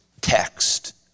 text